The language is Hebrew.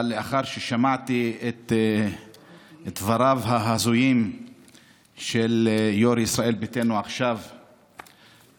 אבל לאחר ששמעתי את דבריו ההזויים של יו"ר ישראל ביתנו עכשיו,